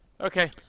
Okay